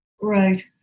Right